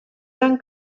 gran